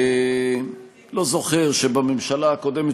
לא זוכר שבממשלה הקודמת,